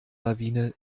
lawine